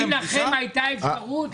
החוק לא הבחין.